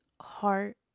heart